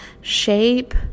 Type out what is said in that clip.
shape